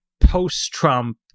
post-Trump